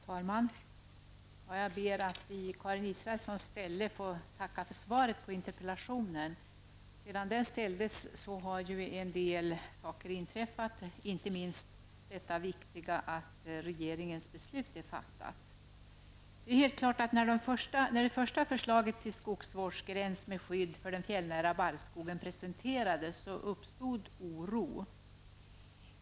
Herr talman! Jag ber att i Karin Israelssons ställe få tacka för svaret på interpellationen. Sedan den ställdes har en del viktiga saker inträffat, bl.a. att regeringens beslut är fattat. Det är helt klart att när det första förslaget till skogsvårdsgräns med skydd för den fjällnära barrskogen presenterades uppstod oro.